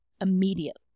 immediately